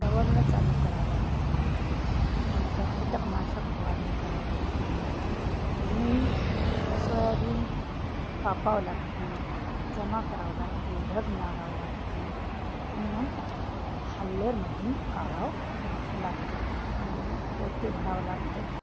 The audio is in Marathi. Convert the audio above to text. डवरणं चालू करावं लागते नंतर कीटकनाशक फवारणी करावं लागते आणि सोयाबीन कापावं लागते जमा करावं लागते डग मारावं लागते आणि मग हाल्लेरमधून काढावं लागते मग पोते भरावं लागतात